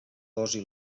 dosi